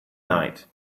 night